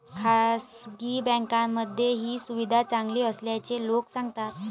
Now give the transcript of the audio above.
खासगी बँकांमध्ये ही सुविधा चांगली असल्याचे लोक सांगतात